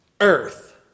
earth